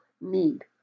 need